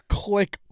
click